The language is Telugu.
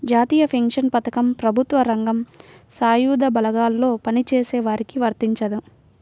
జాతీయ పెన్షన్ పథకం ప్రభుత్వ రంగం, సాయుధ బలగాల్లో పనిచేసే వారికి వర్తించదు